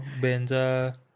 Benja